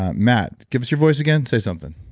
ah matt, give us your voice again. say something.